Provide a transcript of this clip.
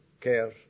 care